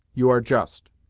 you are just.